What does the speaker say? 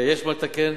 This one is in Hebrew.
יש מה לתקן,